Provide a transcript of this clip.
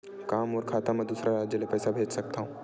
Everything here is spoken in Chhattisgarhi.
का मोर खाता म दूसरा राज्य ले पईसा भेज सकथव?